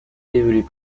évolue